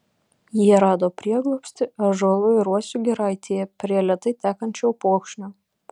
jie rado prieglobstį ąžuolų ir uosių giraitėje prie lėtai tekančio upokšnio